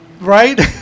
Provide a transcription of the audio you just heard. right